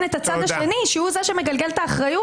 את הצד השני שהוא זה שמגלגל את האחריות?